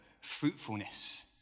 fruitfulness